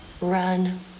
run